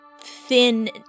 thin